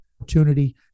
opportunity